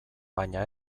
baina